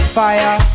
fire